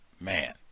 man